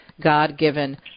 God-given